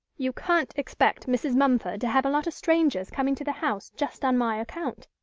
you can't expect mrs. mumford to have a lot of strangers coming to the house just on my account.